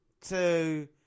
two